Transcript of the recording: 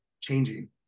changing